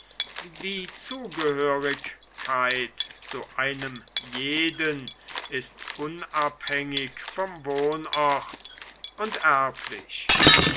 die zugehörigkeit zu einem jeden ist unabhängig vom wohnort und erblich